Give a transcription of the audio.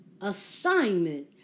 assignment